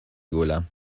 گلم